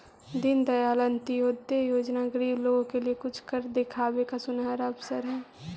दीनदयाल अंत्योदय योजना गरीब लोगों के लिए कुछ कर दिखावे का सुनहरा अवसर हई